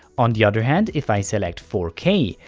on the other hand if i select four k,